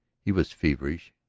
he was feverish,